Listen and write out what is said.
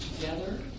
together